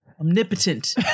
Omnipotent